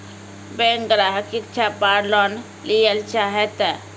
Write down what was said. Bank ग्राहक शिक्षा पार लोन लियेल चाहे ते?